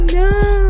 no